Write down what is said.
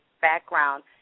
background